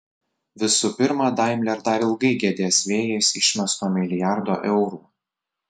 visų pirma daimler dar ilgai gedės vėjais išmesto milijardo eurų